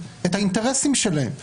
את האינטרסים שלהם,